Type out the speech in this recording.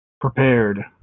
prepared